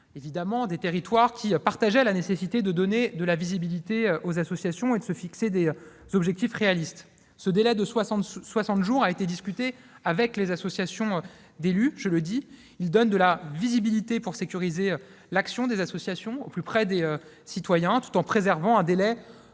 d'élus des territoires, qui partageaient l'idée qu'il est nécessaire de donner de la visibilité aux associations et de se fixer des objectifs réalistes. Ce délai de soixante jours, donc, a été discuté avec les associations d'élus ; son instauration donne de la visibilité et sécurise l'action des associations au plus près des citoyens tout en préservant un délai